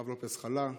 הרב לופס חלה,